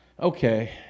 Okay